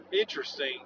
interesting